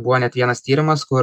buvo net vienas tyrimas kur